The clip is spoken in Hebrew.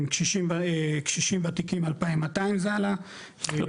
קשישים ותיקים 2,200 זה עלה --- לא,